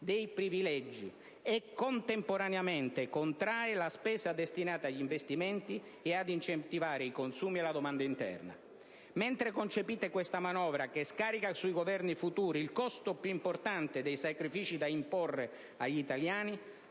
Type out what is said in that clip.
dei privilegi; e, contemporaneamente, contrae la spesa destinata agli investimenti e ad incentivare i consumi e la domanda interna. Mentre concepite questa manovra, che scarica sui Governi futuri il costo più importante dei sacrifici da imporre agli italiani,